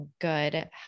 good